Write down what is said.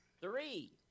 Three